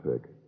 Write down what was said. pick